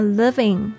living